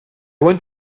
want